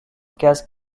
case